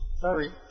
Sorry